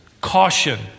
caution